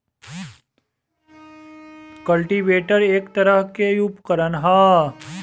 cultivator एक तरह के उपकरण ह